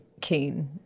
keen